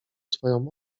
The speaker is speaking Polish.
swoją